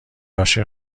عاشق